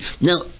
now